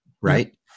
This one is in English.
right